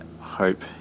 hope